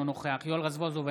אינו נוכח יואל רזבוזוב,